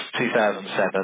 2007